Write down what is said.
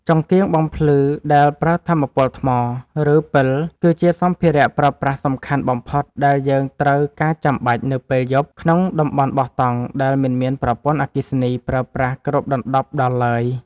ចង្កៀងបំភ្លឺដែលប្រើថាមពលថ្ម ឬ ពិលគឺជាសម្ភារៈប្រើប្រាស់សំខាន់បំផុតដែលយើងត្រូវការចាំបាច់នៅពេលយប់ក្នុងតំបន់បោះតង់ដែលមិនមានប្រព័ន្ធអគ្គិសនីប្រើប្រាស់គ្របដណ្ដប់ដល់ឡើយ។